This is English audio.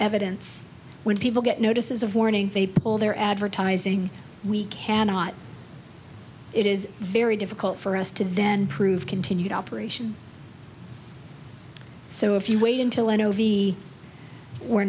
evidence when people get notices of warning they pull their advertising we cannot it is very difficult for us to then prove continued operation so if you wait until i know v we're